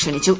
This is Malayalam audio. ക്ഷണിച്ചു